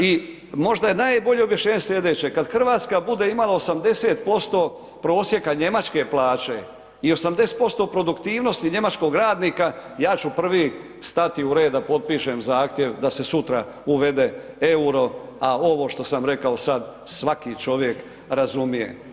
I možda je najbolje objašnjenje slijedeće, kad Hrvatska bude imala 80% prosjeka njemačke plaće i 80% produktivnosti njemačkog radnika, ja ću prvi stati u red da potpišem zahtjev da se sutra uvede euro a ovo što sam rekao sad svaki čovjek razumije.